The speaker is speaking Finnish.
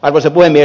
arvoisa puhemies